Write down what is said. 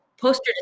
poster